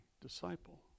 disciple